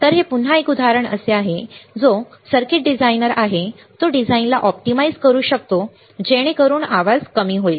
तर हे पुन्हा एकदा एक उदाहरण आहे की जो सर्किट डिझायनर आहे तो डिझाइनला ऑप्टिमाइझ करू शकतो जेणेकरून आवाज कमी होईल